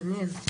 מעניין.